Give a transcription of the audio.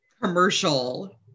commercial